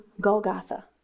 Golgotha